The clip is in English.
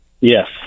Yes